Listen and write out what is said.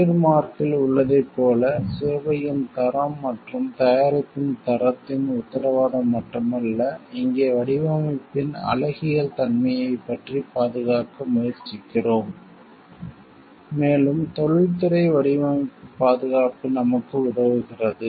trade மார்க்யில் உள்ளதைப் போல சேவையின் தரம் மற்றும் தயாரிப்பின் தரத்தின் உத்தரவாதம் மட்டுமல்ல இங்கே வடிவமைப்பின் அழகியல் தன்மையைப் பற்றி பாதுகாக்க முயற்சிக்கிறோம் மேலும் தொழில்துறை வடிவமைப்பு பாதுகாப்பு நமக்கு உதவுகிறது